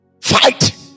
Fight